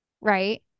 Right